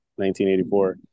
1984